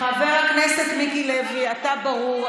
חבר הכנסת מיקי לוי, אתה ברור.